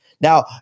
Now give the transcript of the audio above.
Now